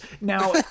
Now